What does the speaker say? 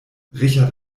richard